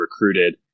recruited